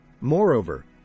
Moreover